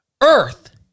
earth